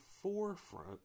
forefront